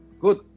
good